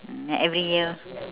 mm then every year